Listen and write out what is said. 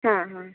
ହଁ